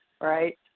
right